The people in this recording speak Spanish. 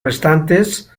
restantes